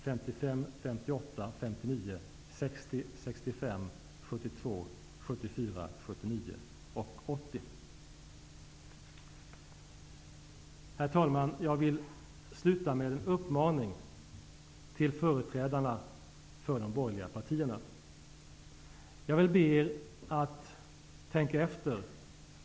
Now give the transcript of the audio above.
Det innebär direkt, genom minskade ubetalningar och ökade skatteinbetalningar, en förbättring av statsfinanserna med 55--60 miljarder.